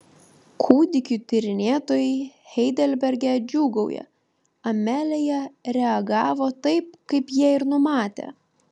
kūdikių tyrinėtojai heidelberge džiūgauja amelija reagavo taip kaip jie ir numatė